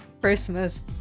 Christmas